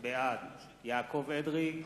בעד יעקב אדרי,